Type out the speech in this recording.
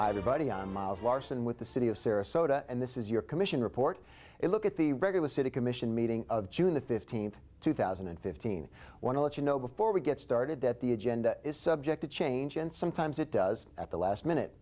did buddy on miles larsen with the city of sarasota and this is your commission report it look at the regular city commission meeting of june the fifteenth two thousand and fifteen want to let you know before we get started that the agenda is subject to change and sometimes it does at the last minute